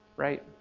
right